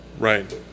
Right